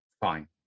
Fine